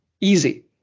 easy